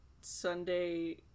Sunday